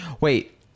wait